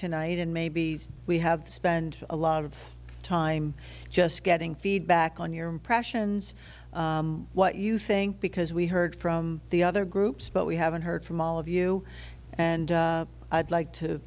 tonight and maybe we have to spend a lot of time just getting feedback on your impressions what you think because we heard from the other groups but we haven't heard from all of you and i'd like to